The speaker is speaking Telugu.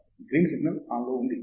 తంగిరాలా గ్రీన్ సిగ్నల్ ఆన్లో ఉంది